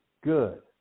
good